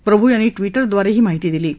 प्रभू यांनी ट्विटरद्वारे ही माहिती दिली आहे